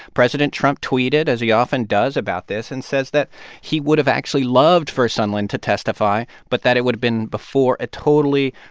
president trump tweeted, as he often does, about this and says that he would have actually loved for sondland to testify but that it would have been before a totally,